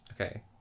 Okay